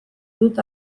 dut